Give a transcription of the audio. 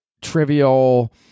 trivial